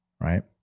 Right